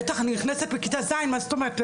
בטח, אני נכנסת בכיתה ז', מה זאת אומרת?